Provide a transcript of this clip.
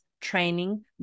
training